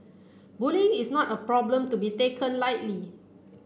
bullying is not a problem to be taken lightly